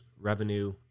revenue